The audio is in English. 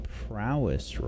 prowess